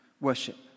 worship